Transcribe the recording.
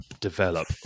develop